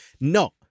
No